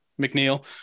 McNeil